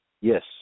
Yes